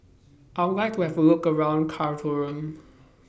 I Would like to Have A Look around Khartoum